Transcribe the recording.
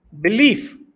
belief